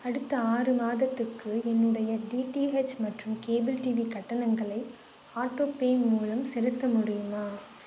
அடுத்த ஆறு மாதத்துக்கு என்னுடைய டிடிஹெச் மற்றும் கேபிள் டிவி கட்டணங்களை ஆட்டோ பே மூலம் செலுத்த முடியுமா